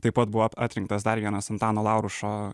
taip pat buvo ap atrinktas dar vienas antano laurušo